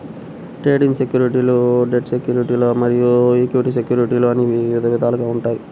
trading సెక్యూరిటీలు debt సెక్యూరిటీలు మరియు ఈక్విటీ సెక్యూరిటీలు అని విధాలుగా ఉంటాయి